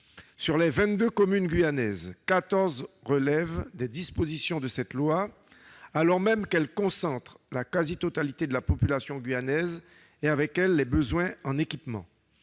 Sur les vingt-deux communes guyanaises, quatorze relèvent des dispositions de cette loi, alors même qu'elles concentrent la quasi-totalité de la population guyanaise et, partant, les besoins en équipements.